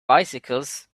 bicycles